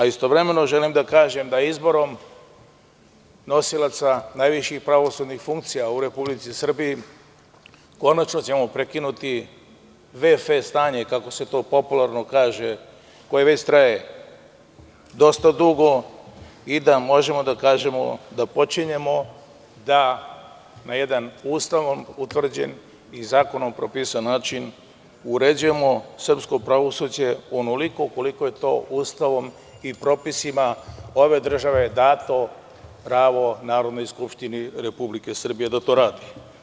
Istovremeno želim da kažem da izborom nosilaca najviših pravosudnih funkcija u Republici Srbiji konačno ćemo prekinuti vefe stanje, kako se to popularno kaže, koje već traje dosta dugo i da možemo da kažemo da počinjemo da na jedan Ustavom utvrđen i zakonom propisan način uređujemo srpsko pravosuđe onoliko koliko je to Ustavom i propisima ove države dato pravo Narodnoj skupštini Republike Srbije da to radi.